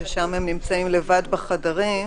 ששם הם נמצאים לבד בחדרים.